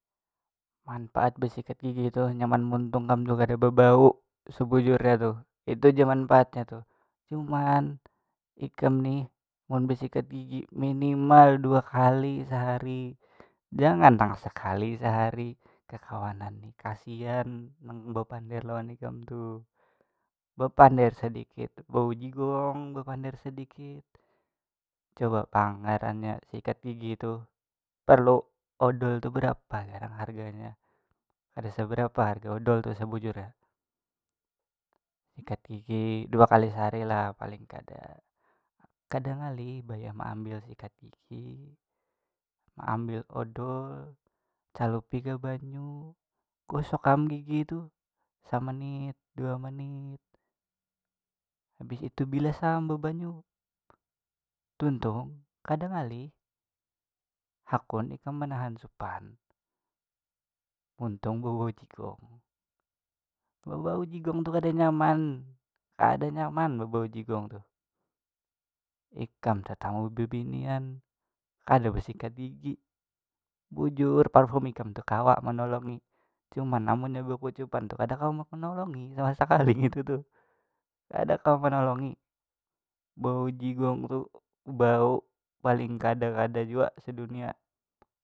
Manfaat basikat gigi tuh nyaman muntung kam tu kada bebau sebujurnya tuh itu ja manfaatnya tuh cuman ikam nih mun besikat gigi minimal dua kali sehari jangan nang sekali sehari kekawanan nih kasian nang bepander lawan ikam tu bepander sedikit bau jigong bepander sedikit coba pang ngarannya sikat gigi tuh perlu odol tu berapa garang harganya kada seberapa harga odol tu sebujurnya sikat gigi dua kali sehari lah paling kada kada ngalih baya maambil sikat gigi maambil odol calupi ke banyu gosok am gigi tuh semenit dua menit habis itu bilas am bebanyu tuntung kada ngalih hakun ikam menahan supan muntung bebau jigong bebau jigong tuh kada nyaman kada nyaman bebau jigong tuh ikam tetamu babinian kada besikat gigi bujur parfum ikam tuh kawa manolongi cuman amunnya bakucupan tuh kada kawa manolongi sama sekali ngitu tuh kada kawa manolongi bau jigong tuh bau paling kada kada jua sedunia.